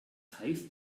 heißt